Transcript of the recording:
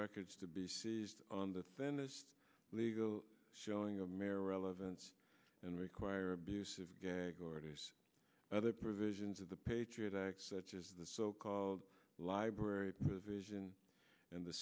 records to be seized on the thinnest legal showing a mayor elegance and require abusive gag orders other provisions of the patriot act such as the so called library provision in the